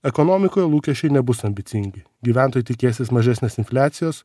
ekonomikoj lūkesčiai nebus ambicingi gyventojai tikėsis mažesnės infliacijos